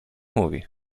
mówi